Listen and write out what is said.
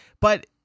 But-